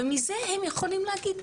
ומזה הם יכולים להגיד,